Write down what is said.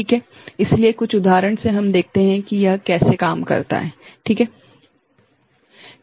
इसलिए कुछ उदाहरण से हम देखते हैं कि यह कैसे काम करता है ठीक है